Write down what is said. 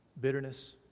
bitterness